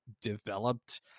developed